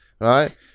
Right